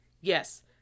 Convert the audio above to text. Yes